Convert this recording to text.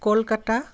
Kolkata